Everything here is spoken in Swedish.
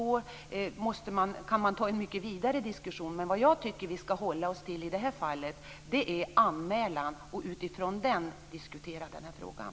Man kan ta en mycket vidare diskussion. Men jag tycker att vi i det här fallet skall hålla oss till anmälan och utifrån den diskutera den här frågan.